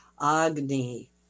Agni